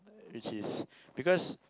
which is because